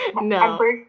No